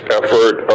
effort